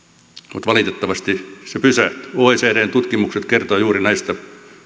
mutta valitettavasti se pysähtyi oecdn tutkimukset kertovat juuri näistä